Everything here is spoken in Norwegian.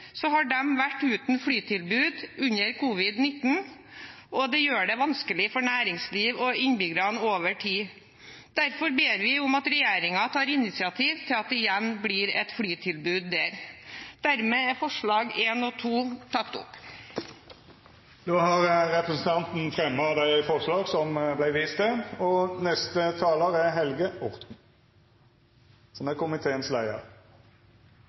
har de vært uten flytilbud under covid-19, og det gjør det vanskelig for næringslivet og innbyggerne over tid. Derfor ber vi om at regjeringen tar initiativ til at det igjen blir et flytilbud der. Med det tar jeg opp forslagene nr. 1 og 2. Representanten Kirsti Leirtrø har teke opp dei forslaga det vart vist til. Det er i stor grad og